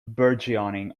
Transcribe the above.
burgeoning